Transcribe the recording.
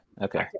Okay